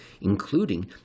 including